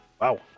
wow